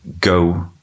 go